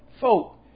folk